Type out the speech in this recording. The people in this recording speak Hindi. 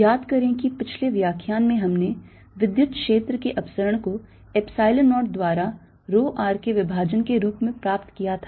याद करें कि पिछले व्याख्यान में हमने विद्युत क्षेत्र के अपसरण को epsilon 0 द्वारा rho r के विभाजन के रूप में प्राप्त किया था